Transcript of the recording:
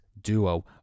duo